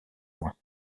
loin